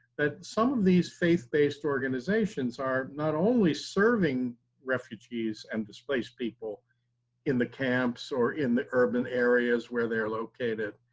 that some of these faith based organizations are not only serving refugees and displaced people in the camps, or in the urban areas where they're located,